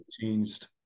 changed